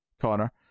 Connor